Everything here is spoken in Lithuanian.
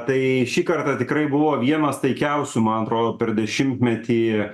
tai šį kartą tikrai buvo vienas taikiausių man atrodo per dešimtmetį